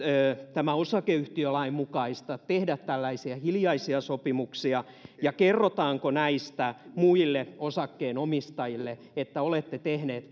osakeyhtiölain mukaista tehdä tällaisia hiljaisia sopimuksia ja kerrotaanko muille osakkeenomistajille että olette tehneet